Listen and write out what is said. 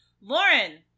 Lauren